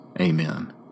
Amen